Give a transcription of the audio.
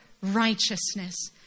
righteousness